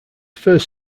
first